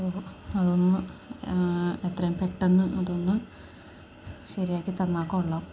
അപ്പോള് അതൊന്ന് എത്രയും പെട്ടെന്ന് അതൊന്നു ശരിയാക്കിത്തന്നാല് കൊള്ളാം